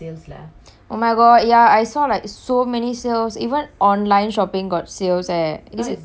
oh my god ya I saw like so many sales even online shopping got sales eh is it